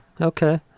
Okay